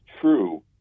true